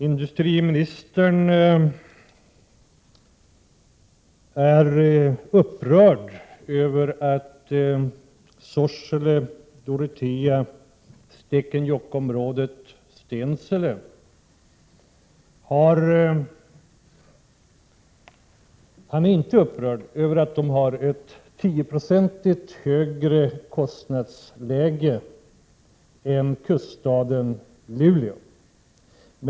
Industriministern är inte upprörd över att Sorsele, Dorotea, Stekenjokksområdet och Stensele har ett 10 96 högre kostnadsläge än kuststaden Luleå.